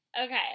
okay